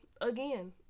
again